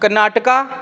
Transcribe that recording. Karnataka